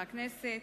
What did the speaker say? הכנסת,